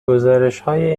گزارشهای